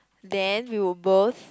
then we were both